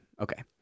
Okay